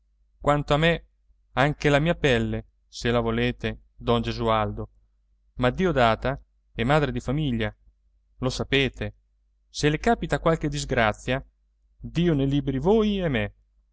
quanto a me anche la mia pelle se la volete don gesualdo ma diodata è madre di famiglia lo sapete se le capita qualche disgrazia dio ne liberi voi e me